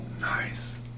Nice